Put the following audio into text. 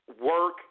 work